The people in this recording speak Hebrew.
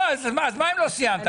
לא, אז מה אם לא סיימת?